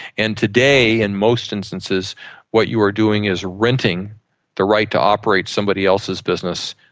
and today in most instances what you are doing is renting the right to operate somebody else's business,